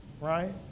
right